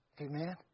Amen